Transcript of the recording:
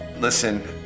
Listen